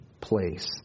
place